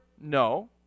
No